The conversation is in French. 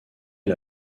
est